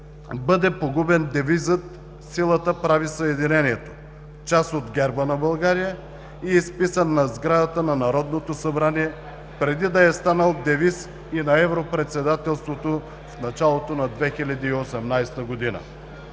бъде погубен девизът „Съединението прави силата“, част от герба на България, изписан на сградата на Народното събрание, преди да е станал девиз и на Европредседателството в началото на 2018 г.